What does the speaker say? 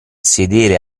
sedere